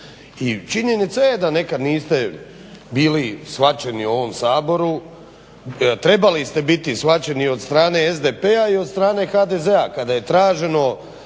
I činjenica je da nekad niste bili shvaćeni u ovom Saboru, trebali ste biti shvaćeni od strane SDP-a i od strane HDZ-a kada je tražen